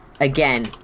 Again